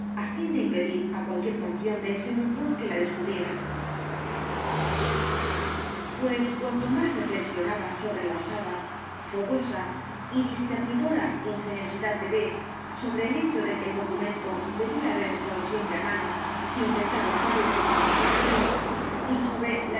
á fin de impedir á cualquier porción de ese mundo que la descubriera p u e s cuanto más reflexionaba sobre la osada fogosa y discernidora ingeniosidad de d sobre el hecho de que el documento debía haber estado siempre á mano si intentaba usarlo con ventajoso fin y sobre